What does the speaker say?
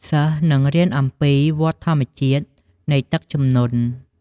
សិស្សនឹងរៀនអំំពីវដ្ដធម្មជាតិនៃទឹកជំនន់។